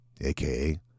AKA